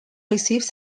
received